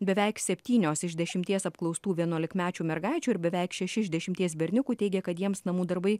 beveik septynios iš dešimties apklaustų vienuolikmečių mergaičių ir beveik šeši iš dešimties berniukų teigia kad jiems namų darbai